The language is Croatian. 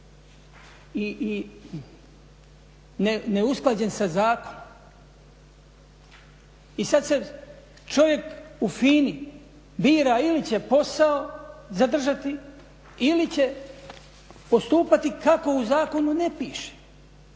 i neusklađen sa zakonom. I sad čovjek u FINA-i bira ili će posao zadržati ili će postupati kako u zakonu ne piše.